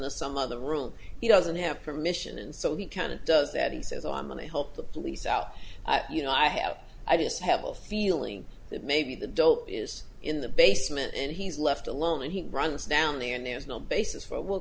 the some other room he doesn't have permission and so he kind of does that he says i'm going to help the police out you know i have i just have a feeling that maybe the dope is in the basement and he's left alone and he runs down the and there's no basis for well